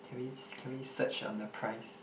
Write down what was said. can we can we search on the price